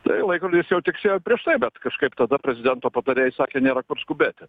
tai laikrodis jau tiksėjo prieš tai bet kažkaip tada prezidento patarėjai sakė nėra kur skubėti